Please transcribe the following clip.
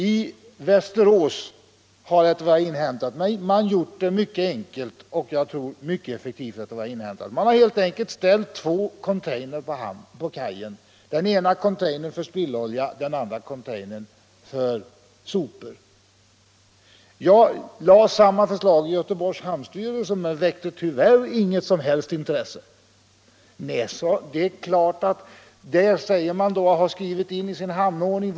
I Västerås har man enligt vad jag inhämtat gjort det hela mycket enkelt, och jag tror mycket effektivt. Man har helt enkelt ställt två containers vid kajen, den ena för spillolja och den andra för sopor. Jag lade samma förslag i Göteborgs hamnstyrelse, men det väckte tyvärr inget som helst intresse. Där gäller ju vad man skrivit in i sin hamnordning.